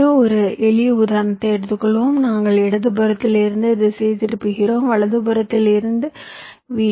எனவே ஒரு எளிய உதாரணத்தை எடுத்துக்கொள்வோம் நாங்கள் இடதுபுறத்தில் இருந்து திசை திருப்புகிறோம் வலதுபுறத்தில் இருந்து வி